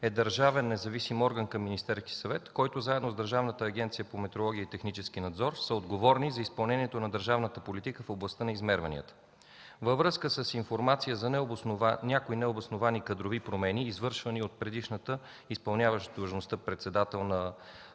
е държавен независим орган към Министерския съвет, който заедно с Държавната агенция по метрология и технически надзор са отговорни за изпълнението на държавната политика в областта на измерванията. Във връзка с информация за някои необосновани кадрови промени, извършвани от предишната изпълняваща длъжността председател на